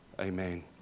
amen